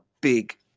big